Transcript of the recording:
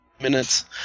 minutes